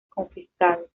confiscados